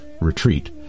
retreat